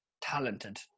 talented